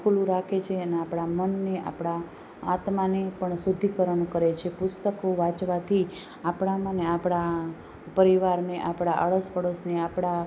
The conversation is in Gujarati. ખુલ્લું રાખે છે ને આપણા મનને આપણા આત્માને પણ શુદ્ધિકરણ કરે છે પુસ્તકો વાંચવાથી આપણામાં ને આપણા પરિવાર ને આપણા આડોશ પડોશ આપણા